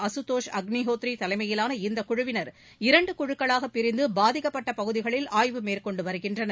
Ashutosh Agnihotri தலைமையிலான இந்தக் குழுவினர் இரண்டு குழுக்களாகப் பிரிந்து பாதிக்கப்பட்ட பகுதிகளில் ஆய்வு மேற்கொண்டு வருகின்றனர்